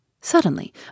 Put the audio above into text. Suddenly